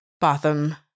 Botham